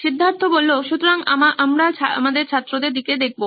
সিদ্ধার্থ সুতরাং আমরা আমাদের ছাত্রদের দিকে দেখবো